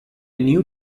new